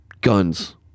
guns